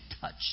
touch